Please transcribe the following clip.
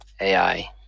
AI